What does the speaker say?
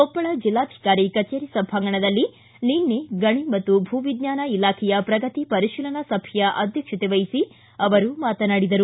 ಕೊಪ್ಪಳ ಜಿಲ್ಲಾಧಿಕಾರಿ ಕಚೇರಿ ಸಭಾಂಗಣದಲ್ಲಿ ನಿನ್ನೆ ಗಣಿ ಮತ್ತು ಭೂ ವಿಜ್ಞಾನ ಇಲಾಖೆಯ ಶ್ರಗತಿ ಪರಿಶೀಲನಾ ಸಭೆಯ ಅಧ್ಯಕ್ಷತೆ ವಹಿಸಿ ಅವರು ಮಾತನಾಡಿದರು